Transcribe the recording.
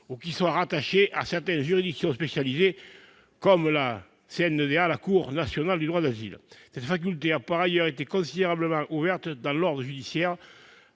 ou qu'ils soient rattachés à certaines juridictions spécialisées, comme la CNDA, la Cour nationale du droit d'asile. Cette faculté a par ailleurs été considérablement ouverte dans l'ordre judiciaire